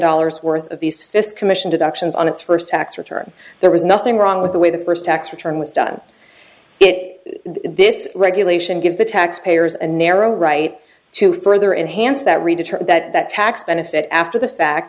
dollars worth of these fist commission deductions on its first tax return there was nothing wrong with the way the first tax return was done it this regulation gives the taxpayers and narrow right to further enhance that return that tax benefit after the fact